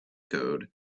code